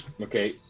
Okay